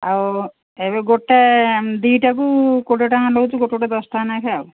ଆଉ ଏବେ ଗୋଟା ଦୁଇଟାକୁ କୋଡ଼ିଏ ଟଙ୍କା ନେଉଛୁ ଗୋଟେ ଗୋଟେ ଦଶ ଟଙ୍କା ଲେଖେ ଆଉ